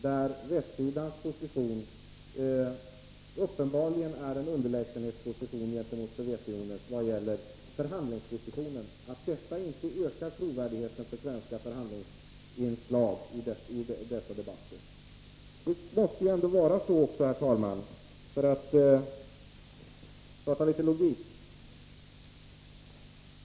Att västsidan i förhandlingarna uppenbarligen befinner sig i en underlägsenhetsposition i förhållande till Sovjetunionen ökar inte trovärdigheten för svenska förhandlingsinslag. Jag vill också, herr talman, prata litet logik.